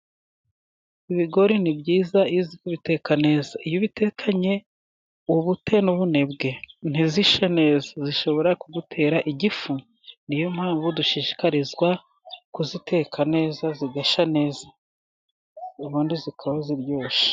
Ibigori ni byiza iyo uzi kubiteka neza. Iyo ubitekanye ubute n'ubunebwe ntizishye neza, zishobora kugutera igifu. Ni yo mpamvu dushishikarizwa kuziteka neza zigasha neza, ubundi zikaba ziryoshye.